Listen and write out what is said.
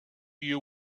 you